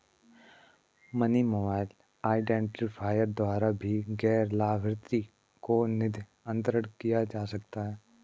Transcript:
money mobile identifier द्वारा भी गैर लाभार्थी को निधि अंतरण किया जा सकता है